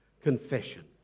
confession